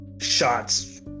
shots